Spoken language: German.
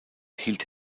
hielt